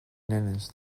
nenes